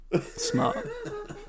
Smart